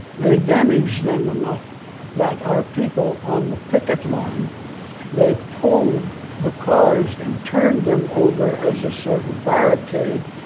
they damaged them enough that our people on the picket line they pulled the cars and turned them over as a sort of barricade.